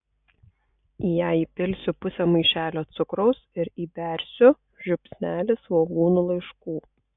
į ją įpilsiu pusę maišelio cukraus ir įbersiu žiupsnelį svogūnų laiškų